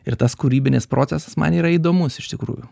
ir tas kūrybinis procesas man yra įdomus iš tikrųjų